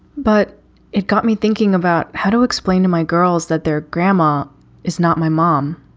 but it got me thinking about how to explain to my girls that their grandma is not my mom.